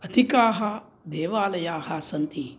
अधिकाः देवालयाः सन्ति